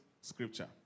scripture